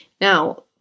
Now